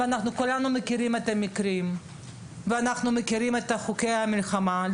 כולנו מכירים את המקרים ומכירים את חוקי המלחמה,